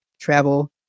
travel